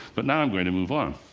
but now i'm going to move on.